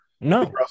No